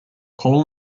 paul